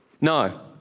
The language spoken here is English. No